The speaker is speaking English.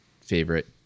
favorite